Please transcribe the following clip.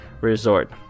Resort